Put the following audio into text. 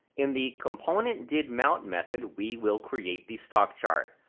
in the componentdidmount method we will create the stock chart.